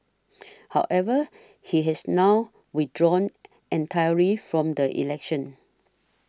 however he has now withdrawn entirely from the election